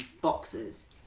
boxes